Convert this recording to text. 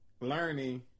learning